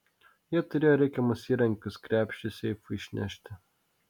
jie turėjo reikiamus įrankius krepšį seifui išnešti